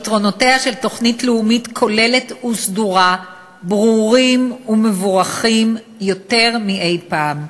יתרונותיה של תוכנית לאומית כוללת וסדורה ברורים ומבורכים יותר מאי-פעם.